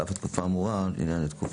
על אף האמור באותן הוראות לעניין התקופה,